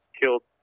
killed